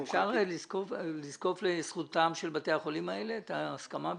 אפשר לזקוף לזכותם של בתי החולים האלה את ההסכמה ביניכם?